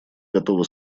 готова